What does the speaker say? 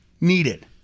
needed